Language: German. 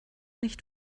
nicht